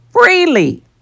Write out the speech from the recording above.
freely